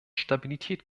stabilität